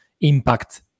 impact